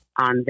on